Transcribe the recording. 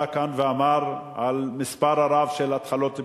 כאן ודיבר על המספר הרב של התחלות בנייה,